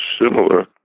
similar